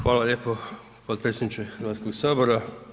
Hvala lijepo potpredsjedniče Hrvatskog sabora.